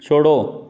छोड़ो